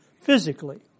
physically